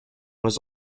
was